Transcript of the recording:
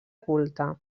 culte